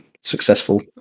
successful